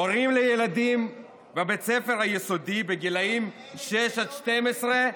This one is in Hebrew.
הורים לילדים בבית ספר היסודי בגילאים 6 12,